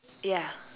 ya